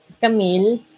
Camille